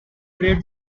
trade